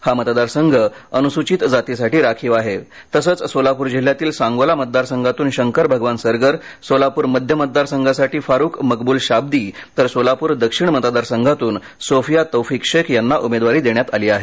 हा मतदार संघ अनुसुचित जातीसाठी राखीव आहे तसंच सोलापूर जिल्हयातील सांगोला मतदारसंघातून शंकर भगवान सरगर सोलापूर मध्य मंतदारसंघासाठी फारूक मकब्ल शाबदी तर सोलापूर दक्षिण मतदारसंघातून सोफीया तौफीक शेख यांना उमेदवारी देण्यात आली आहे